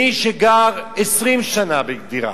מי שגר 20 שנה בדירה,